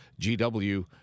GW